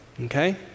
okay